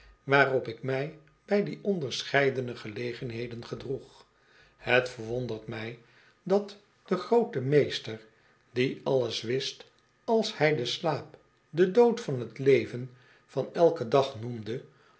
waarop ik mij bij die onderscheidene gelegenheden gedroeg het verwondert mij dat de groote meester die alles wist als hij den slaap den dood van t leven van eiken dag noemde